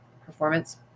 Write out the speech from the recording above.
performance